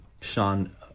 Sean